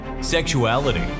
sexuality